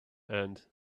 end